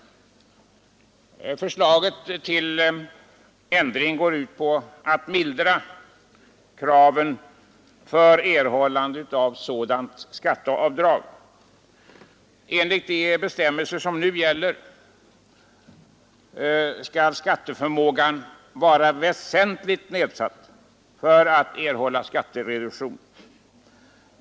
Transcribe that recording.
Förslaget till ändring går ut på att mildra kraven för erhållande av sådant skatteavdrag. Enligt de bestämmelser som nu gäller skall skatteförmågan vara väsentligen nedsatt för att skattereduktion skall erhållas.